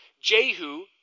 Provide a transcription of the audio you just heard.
Jehu